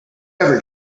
ever